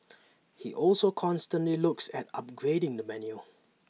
he also constantly looks at upgrading the menu